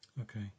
Okay